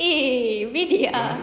eh bedek ah